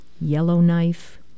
Yellowknife